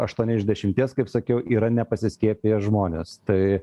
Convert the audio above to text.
aštuoni iš dešimties kaip sakiau yra nepasiskiepiję žmonės tai